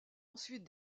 ensuite